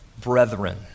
brethren